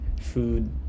food